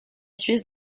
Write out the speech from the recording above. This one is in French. suisse